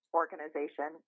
organization